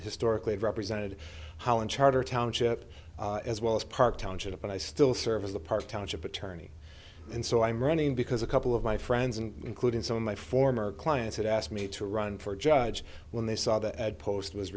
historically represented holland charter township as well as park township and i still serve as the park township attorney and so i'm running because a couple of my friends and including some of my former clients had asked me to run for judge when they saw the ad post